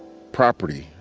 property.